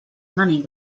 money